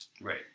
Right